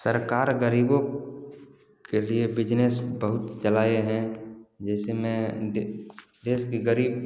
सरकार गरीबों के लिए बिजनेस बहुत चलाए हैं जैसे मैं दे देश के गरीब